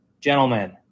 Gentlemen